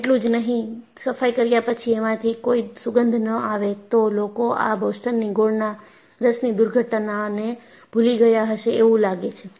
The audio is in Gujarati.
એટલું જ નહીં સફાઈ કર્યા પછી એમાંથી કોઈ સુગંધ ન આવે તો લોકો આ બોસ્ટનની ગોળના રસની દુર્ઘટનાને ભૂલી ગયા હશે એવું લાગે છે